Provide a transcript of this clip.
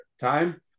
time